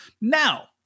Now